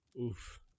Oof